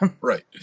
Right